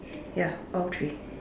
ya all three